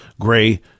gray